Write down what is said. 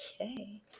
Okay